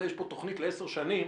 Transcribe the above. הרי יש פה תוכנית לעשר שנים